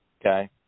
Okay